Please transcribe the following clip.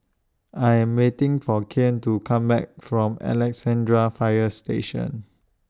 I Am waiting For Kian to Come Back from Alexandra Fire Station